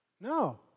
no